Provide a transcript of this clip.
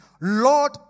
Lord